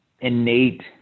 innate